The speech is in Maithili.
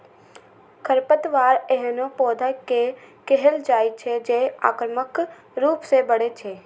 खरपतवार एहनो पौधा कें कहल जाइ छै, जे आक्रामक रूप सं बढ़ै छै